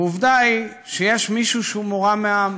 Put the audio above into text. ועובדה היא שיש מישהו שהוא מורם מעם,